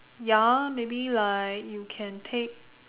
ya maybe like you can take